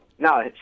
No